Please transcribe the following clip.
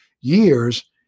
years